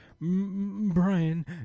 Brian